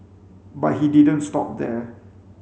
but he didn't stop there